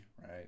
right